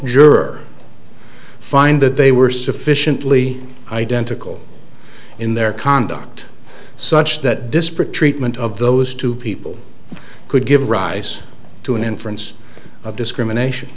juror find that they were sufficiently identical in their conduct such that disparate treatment of those two people could give rise to an inference of discrimination